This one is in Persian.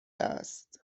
است